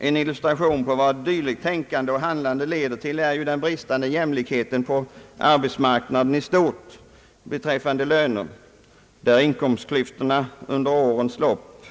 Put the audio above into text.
En illustration till vart dylikt tänkande och handlande leder är den bristande jämlikheten på arbetsmarknaden i stort beträffande löner, där inkomstklyftorna under årens lopp